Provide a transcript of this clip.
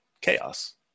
chaos